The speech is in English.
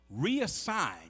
reassign